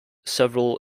several